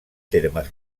termes